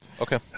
Okay